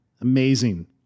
Amazing